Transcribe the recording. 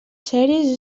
sèries